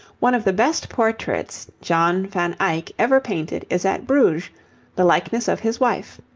one of the best portraits john van eyck ever painted is at bruges the likeness of his wife.